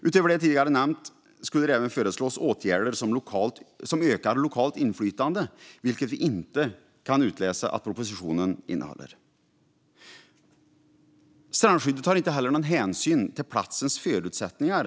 Utöver det jag nämnt tidigare skulle det även föreslås åtgärder som ökar lokalt inflytande, vilket vi inte kan utläsa att propositionen innehåller. Strandskyddet tar heller inte någon hänsyn till platsens förutsättningar.